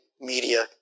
media